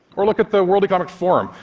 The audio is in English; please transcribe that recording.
or look at the world economic forum,